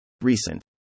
Recent